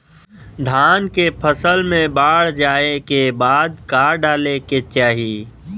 धान के फ़सल मे बाढ़ जाऐं के बाद का डाले के चाही?